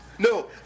No